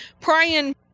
praying